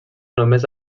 només